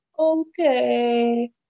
Okay